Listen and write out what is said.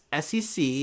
SEC